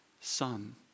son